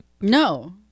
No